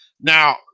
now